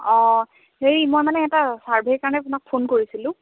অঁ হেৰি মই মানে এটা ছাৰ্ভেৰ কাৰণে আপোনাক ফোন কৰিছিলোঁ